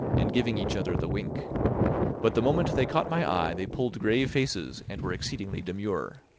and giving each other the wink but the moment they caught my eye they pulled grave faces, and were exceedingly demure.